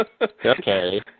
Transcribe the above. Okay